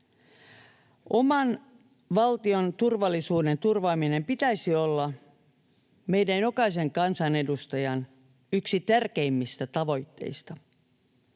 Oman valtion turvallisuuden turvaamisen pitäisi olla meidän jokaisen kansanedustajan yksi tärkeimmistä tavoitteista.